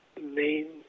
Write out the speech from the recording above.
main